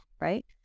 right